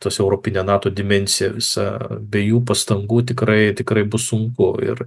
tos europinė nato dimensija visa be jų pastangų tikrai tikrai bus sunku ir